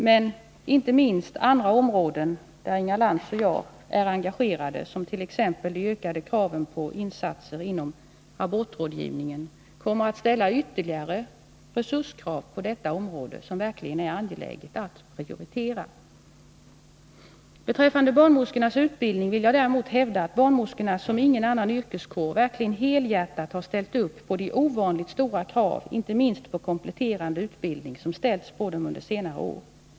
Men inte minst andra områden där Inga Lantz och jag är engagerade — det gäller t.ex. ökade insatser inom abortrådgivningen — kommer att ställas ytterligare resurskrav på detta område, som verkligen är angeläget att prioritera. Beträffande barnmorskornas utbildning vill jag hävda att barnmorskorna som ingen annan yrkeskår verkligen helhjärtat har ställt upp på de ovanligt stora krav, inte minst i fråga om kompletterande utbildning, som ställts på dem under senare år.